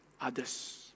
others